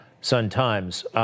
Sun-Times